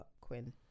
Quinn